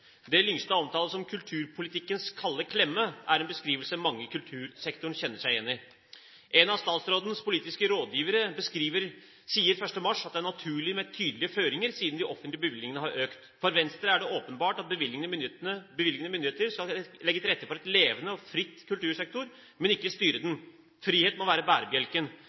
Det Lyngstad omtaler som «kulturpolitikkens kalde klemme», er en beskrivelse mange i kultursektoren kjenner seg igjen i. En av statsrådens politiske rådgivere sier 1. mars at det er naturlig med tydelige føringer siden de offentlige bevilgningene har økt. For Venstre er det åpenbart at bevilgende myndigheter skal legge til rette for en levende og fri kultursektor, men ikke styre den. Frihet må være bærebjelken.